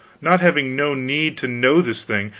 not having no need to know this thing,